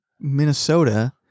Minnesota